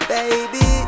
Baby